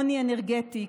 עוני אנרגטי,